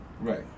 right